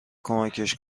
کمکش